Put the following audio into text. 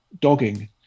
dogging